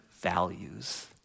values